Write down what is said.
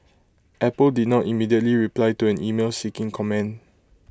Apple did not immediately reply to an email seeking comment